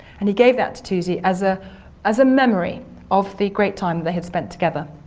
and he gave that to toosey as ah as a memory of the great time they had spent together.